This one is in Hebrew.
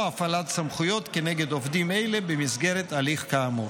או הפעלת סמכויות כנגד עובדים אלה במסגרת הליך כאמור.